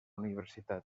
universitat